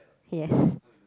yes